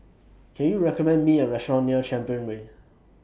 Can YOU recommend Me A Restaurant near Champion Way